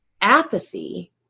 apathy